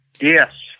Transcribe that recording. Yes